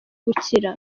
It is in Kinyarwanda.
gukira